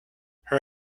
her